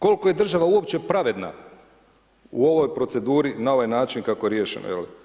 Koliko je država uopće pravedna u ovoj proceduri na ovaj način kako je riješeno?